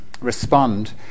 respond